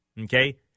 okay